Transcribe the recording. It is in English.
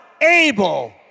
able